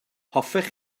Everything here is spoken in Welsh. hoffech